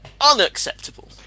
Unacceptable